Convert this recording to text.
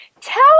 Tell